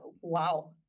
Wow